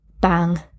bang